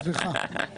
סליחה.